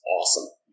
awesome